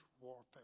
warfare